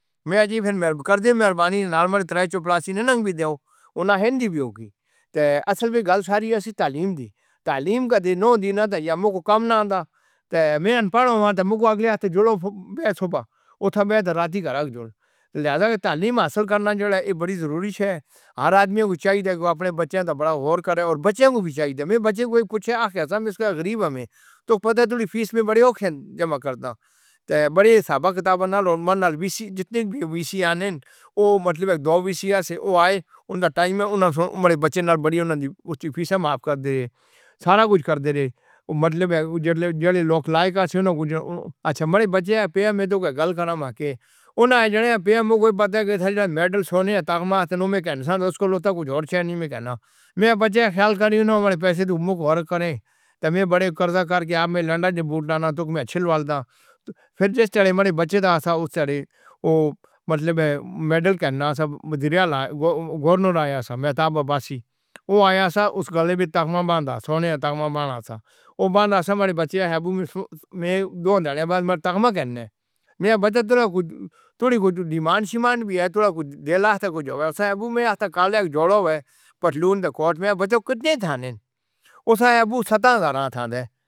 میں عجیب نِبھر کرتے مہربانی نام کی تعریف سے پلیسِن ان انگریزوں نے ہندی بھی ہوگی۔ اصل میں گلی ساری تعلیم دی۔ تعلیم کا دنوں دن یا مکم نام کا تو میں پڑھوں گا۔ میرے آگے جوڑو صبح اوٹھا بیٹھ راتی کر جُڑ۔ لہٰذا تعلیم حاصل کرنا بڑی ضروری ہے۔ ہر آدمی کو چاہیے کہ وہ اپنے بچوں پر بڑا غور کرے اور بچوں کو بھی چاہیے۔ میں بچے کو کچھ ایسا کرارا میں۔ تو پتہ تھوڑی فیس میں جمع کر دو تو بڑے صاحب اکتوبر نال اور من نال وی سی جتنے بھی وی سی آئے۔ وو مطلب دو وی سی سے آئے۔ انھوں نے ٹائم ان سے عمر بچینر بڑھی ہونے دی فیس معاف کر دے سارا کچھ کر دے رہے مطلب ہے۔ جیلے لوک لایک سے اچھا مارے بچے پیار میں تو کوئی گلی کرم کے انھیں جانے۔ پیار کو پتا کہ میڈل سونیا توماسین نے مجھکو لوٹا۔ کچھ اور نہیں کہنا ہے۔ بچے خیال انھوں نے میرے پیسے تو مُکھر کرے تو میں بڑے قرضہ کر کے آپ میں لانڈا بول ڈالنا تو میں چلواتا۔ پھر جس طرح ہمارے بچے دا سا اس ٹرے وو مطلب میڈل ٹھنڈا سب دریاوا گھوڑوں آیا سا مہیتا پاپا سے وو آیا سا اسکا تختاپور باندھ سونیا تختاپور باندھ سا وو باندھ۔ بچے نے دو دن بعد تختاپور کے بجٹ کی مانگ بھی آیا۔ کل ایک جوڑو ہے پتلون اور کوٹ میں بچوں کی ٹھانڈے۔